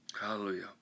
Hallelujah